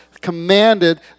commanded